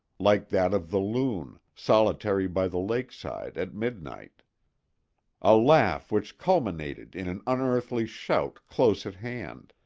like that of the loon, solitary by the lakeside at midnight a laugh which culminated in an unearthly shout close at hand,